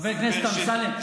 חבר הכנסת אמסלם?